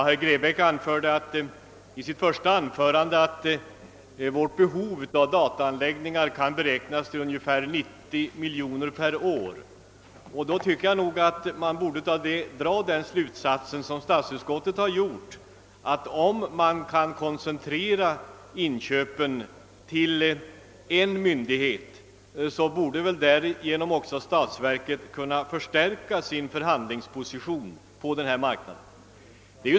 Herr talman! Herr Grebäck sade i sitt första anförande att vårt behov av datamaskinanläggningar är av den omfattningen, att inköpen kan beräknas uppgå till ett belopp av 90 miljoner kronor per år. Då tycker jag att han borde dra samma slutsats som statsutskottet att om inköpen koncentreras till en myndighet, så kan statsverket stärka sin förhandlingsposition på marknaden.